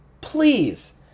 please